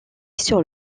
sur